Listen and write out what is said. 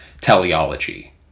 teleology